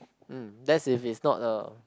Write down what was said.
mm that's if it's not a